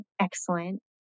excellent